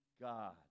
God